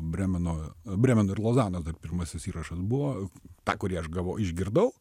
brėmeno brėmeno ir lozano vat pirmasis įrašas buvo tą kurį aš gavau išgirdau